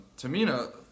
Tamina